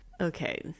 okay